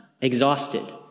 exhausted